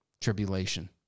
tribulation